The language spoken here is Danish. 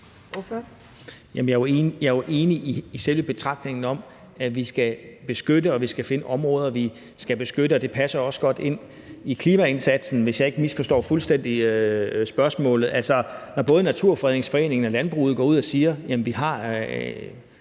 jeg er jo enig i selve betragtningen om, at vi skal beskytte – og vi skal finde områder, som vi skal beskytte. Og det passer også godt ind i klimaindsatsen, hvis jeg ikke fuldstændig misforstår spørgsmålet. Når både Naturfredningsforeningen og landbruget går ud og siger: Jamen vi har